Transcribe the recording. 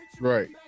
Right